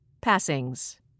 Passings